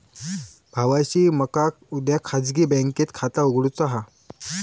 भावाशी मका उद्या खाजगी बँकेत खाता उघडुचा हा